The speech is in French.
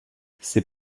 ses